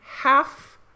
half